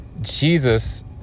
Jesus